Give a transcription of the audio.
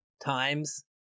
times